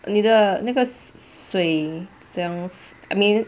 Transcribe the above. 你的那个水怎么样 I mean